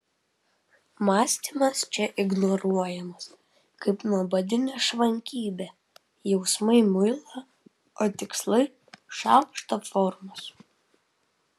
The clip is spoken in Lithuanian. mąstymas čia ignoruojamas kaip nuobodi nešvankybė jausmai muilo o tikslai šaukšto formos